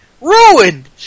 ruined